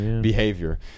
behavior